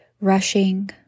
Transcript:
rushing